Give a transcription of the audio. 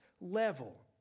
level